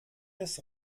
des